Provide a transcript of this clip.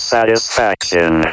Satisfaction